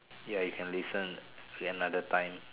ya you can listen another time